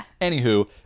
Anywho